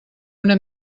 una